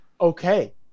okay